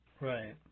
right